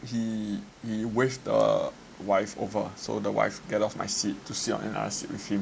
he he waved the wife over so the wife get off my seat to sit in another seat with him